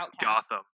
Gotham